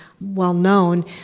well-known